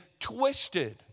twisted